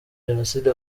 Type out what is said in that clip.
jenoside